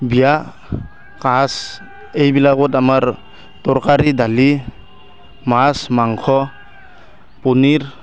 বিয়া কাজ এইবিলাকত আমাৰ তৰকাৰী দালি মাছ মাংস পনীৰ